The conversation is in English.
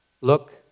Look